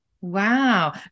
Wow